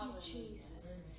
Jesus